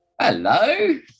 Hello